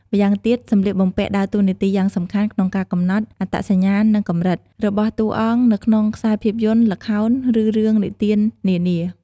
ម្យ៉ាងវិញទៀតសម្លៀកបំពាក់ដើរតួនាទីយ៉ាងសំខាន់ក្នុងការកំណត់ អត្តសញ្ញាណ និង កម្រិត របស់តួអង្គនៅក្នុងខ្សែភាពយន្ត ល្ខោន ឬរឿងនិទាននានា ។